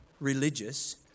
religious